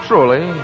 Truly